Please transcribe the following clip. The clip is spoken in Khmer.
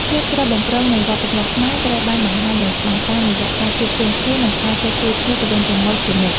ភាពស្រស់បំព្រងនៃវប្បធម៌ខ្មែរត្រូវបានបង្ហាញយ៉ាងច្បាស់តាមរយៈការជួបជុំគ្នា និងការចេះជួយគ្នាទៅវិញទៅមកជានិច្ច។